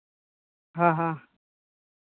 ᱦᱮᱸ ᱦᱮᱸ